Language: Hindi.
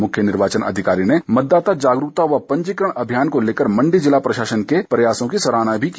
मुख्य निर्वाचन अधिकारी ने मतदाता जागरूकता व पंजीकरण अभियान को लेकर मण्डी ज़िला प्रशासन के प्रयासों की सराहना भी की